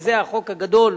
וזה החוק הגדול,